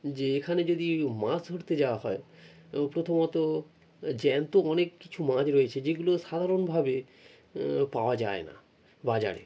যে এখানে যদি মাছ ধরতে যাওয়া হয় এবং প্রথমত জ্যান্ত অনেক কিছু মাছ রয়েছে যেগুলো সাধারণভাবে পাওয়া যায় না বাজারে